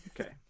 okay